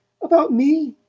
about me?